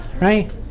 Right